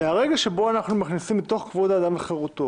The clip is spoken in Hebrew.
מהרגע שבו אנחנו מכניסים לחוק יסוד: כבוד האדם וחירותו